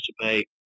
participate